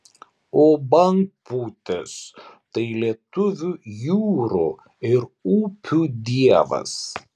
o bangpūtys tai lietuvių jūrų ir upių dievas